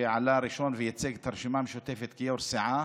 שעלה ראשון וייצג את הרשימה המשותפת כיו"ר הסיעה,